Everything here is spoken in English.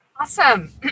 Awesome